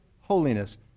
holiness